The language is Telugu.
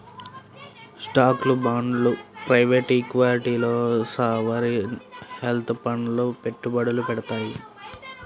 స్టాక్లు, బాండ్లు ప్రైవేట్ ఈక్విటీల్లో సావరీన్ వెల్త్ ఫండ్లు పెట్టుబడులు పెడతాయి